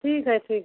ठीक है फ़िर